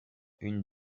une